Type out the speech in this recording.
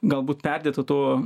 galbūt perdėto to